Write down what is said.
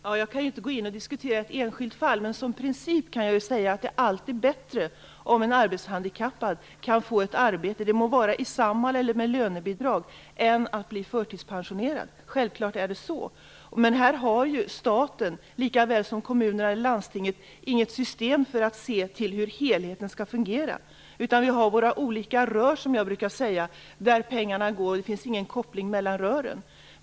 Herr talman! Jag kan ju inte diskutera ett enskilt fall, men som princip kan jag säga att det alltid är bättre om en arbetshandikappad kan få ett arbete - det må vara i Samhall eller med lönebidrag - än att bli förtidspensionerad. Självfallet är det så. Men här har staten, likaväl som kommunerna eller landstinget, inget system för att se till hur helheten skall fungera. Vi har våra olika rör för pengarna, som jag brukar säga, och det finns ingen koppling mellan rören.